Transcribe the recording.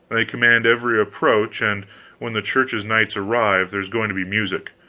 they command every approach, and when the church's knights arrive, there's going to be music.